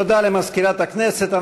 תודה למזכירת הכנסת.